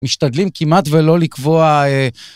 משתדלים כמעט ולא לקבוע...